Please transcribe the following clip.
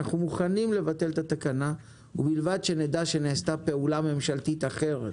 אנחנו מוכנים לבטל את התקנה ובלבד שנדע שנעשתה פעולה ממשלתית אחרת,